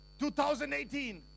2018